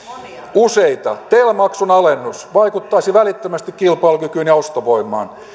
useita tel maksun alennus vaikuttaisi välittömästi kilpailukykyyn ja ostovoimaan